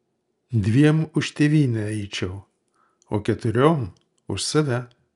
dviem už tėvynę eičiau o keturiom už save